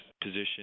position